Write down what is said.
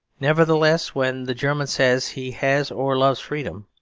nevertheless, when the german says he has or loves freedom,